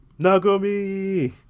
Nagomi